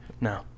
No